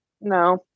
No